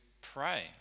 pray